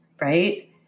right